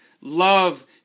love